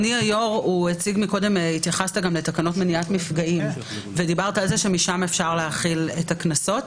התייחסת קודם לתקנות מפגעים ודיברת על זה שמשם אפשר להחיל את הקנסות.